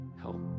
help